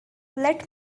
let